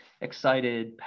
excited